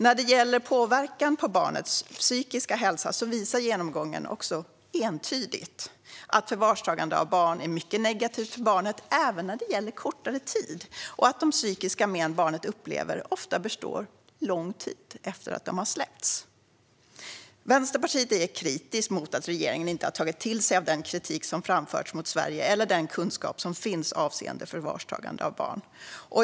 När det gäller påverkan på barnets psykiska hälsa visar genomgången också entydigt att förvarstagande av barn är mycket negativt för barnet även under kortare tid, och de psykiska men barnet upplever består ofta under lång tid efter att barnet har släppts. Vänsterpartiet är kritiskt mot att regeringen inte har tagit till sig av den kritik som har framförts mot Sverige eller den kunskap som finns avseende förvarstagande av barn.